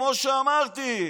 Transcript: כמו שאמרתי.